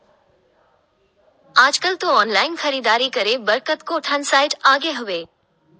आजकल तो ऑनलाइन खरीदारी करे बर कतको ठन साइट आगे हवय